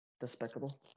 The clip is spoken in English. despicable